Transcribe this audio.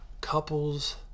couples